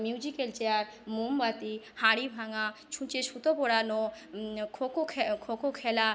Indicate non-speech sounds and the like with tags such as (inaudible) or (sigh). musical chair মোমবাতি হাঁড়ি ভাঙা সূঁচে সুতো পরানো খোখো (unintelligible) খোখো খেলা